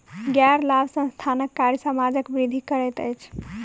गैर लाभ संस्थानक कार्य समाजक वृद्धि करैत अछि